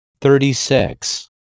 Thirty-six